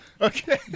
Okay